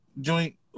joint